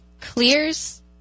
clears